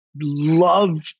love